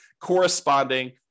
corresponding